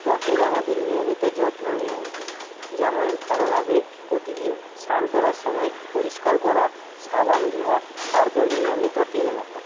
ত্বকের আমাদের নিয়মিত যত্ন নেওয়া উচিৎ যেমন ভালোভাবে প্রতিদিন স্নান করার সময় পরিষ্কার করা সাবান দেওয়া তারপরে নিয়মিত তেল মাখা